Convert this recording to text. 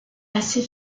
assez